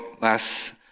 last